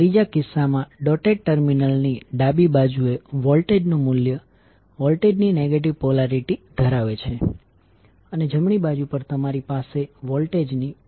સર્કિટના પહેલા ભાગમાં આપણી પાસે વોલ્ટેજ V જોડાયેલ છે જ્યારે બીજા ભાગમાં આપણી પાસે લોડ જોડાયેલ છે